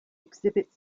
exhibit